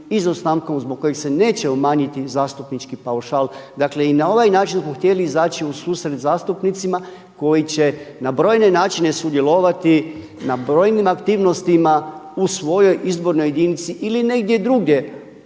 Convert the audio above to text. izostankom zbog kojih se neće umanjiti zastupnički paušal. Dakle i na ovaj način smo htjeli izaći u susret zastupnicima koji će na brojne načine sudjelovati na brojnim aktivnostima u svojoj izbornoj jedinici ili negdje drugdje